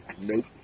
Nope